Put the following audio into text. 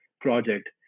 project